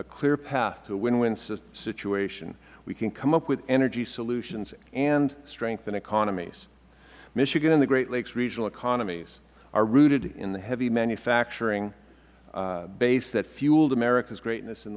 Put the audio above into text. a clear path to win win situations we can come up with energy solutions and strengthen economies michigan and the great lakes regional economies are rooted in the heavy manufacturing base that fueled america's greatness in